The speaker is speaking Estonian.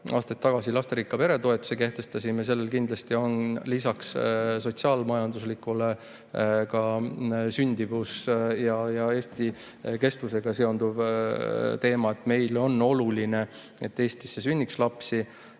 aastaid tagasi lasterikka pere toetuse kehtestasime, on kindlasti lisaks sotsiaal-majanduslikule ka sündimuse ja Eesti kestvusega seonduv teema. Meile on oluline, et Eestis sünniks lapsi,